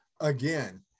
again